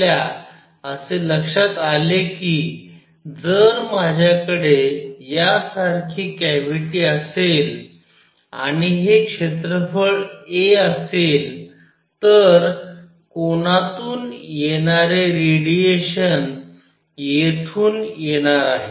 आपल्या असे लक्षात आले की जर माझ्याकडे यासारखी कॅव्हिटी असेल आणि हे क्षेत्रफळ a असेल तर कोनातून येणारे रेडिएशन येथून येणार आहे